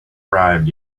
arrived